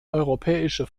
europäische